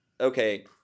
okay